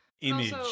image